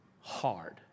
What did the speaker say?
hard